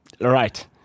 right